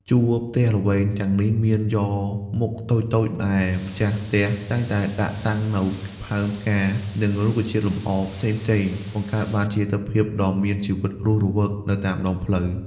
ជួរផ្ទះល្វែងទាំងនេះមានយ៉រមុខតូចៗ ដែលម្ចាស់ផ្ទះតែងតែដាក់តាំងនូវផើងផ្កា និងរុក្ខជាតិលម្អផ្សេងៗ បង្កើតបានជាទិដ្ឋភាពដ៏មានជីវិតរស់វើកនៅតាមដងផ្លូវ។